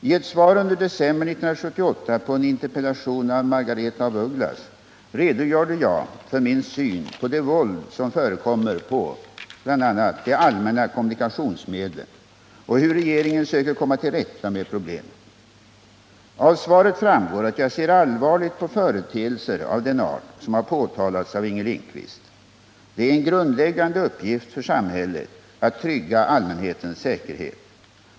I ett svar under december 1978 på en interpellation av Margaretha af Ugglas redogjorde jag för min syn på det våld som förekommer på bl.a. de allmänna kommunikationsmedlen och hur regeringen söker komma till rätta med problemen. Av svaret framgår att jag ser allvarligt på företeelser av den art som har påtalats av Inger Lindquist. Det är en grundläggande uppgift för samhället att trygga allmänhetens säkerhet.